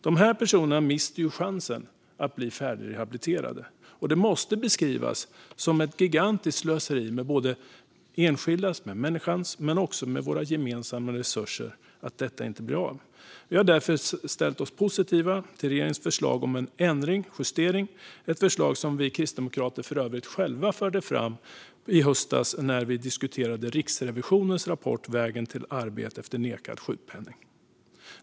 Dessa personer mister chansen att bli färdigrehabiliterade. Det måste beskrivas som ett gigantiskt slöseri med både enskilda människors och våra gemensamma resurser att detta inte blir av. Vi har därför ställt oss positiva till regeringens förslag om en justering, ett förslag som vi kristdemokrater för övrigt själva förde fram i höstas när vi diskuterade Riksrevisionens rapport Vägen till arbete efter nekad sjukpenning .